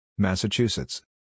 Massachusetts